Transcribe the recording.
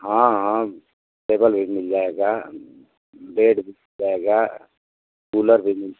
हाँ हाँ टेबल भी मिल जाएगा बेड भी मिल जाएगा कूलर भी मिल